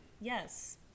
Yes